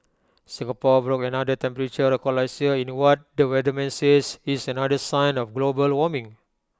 Singapore broke another temperature record last year in what the weatherman says is another sign of global warming